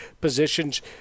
positions